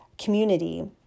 community